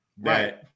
Right